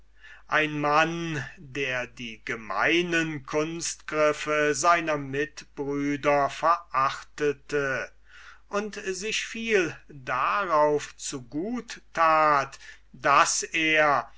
ein mann der die gemeinen kunstgriffe seiner mitbrüder verachtete und sich viel darauf zu gut tat daß er